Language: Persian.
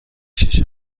شیشه